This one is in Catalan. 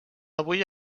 avui